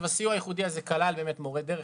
הסיוע הייחודי הזה כלל מורי-דרך,